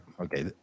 okay